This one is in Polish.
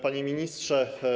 Panie Ministrze!